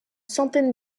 centaine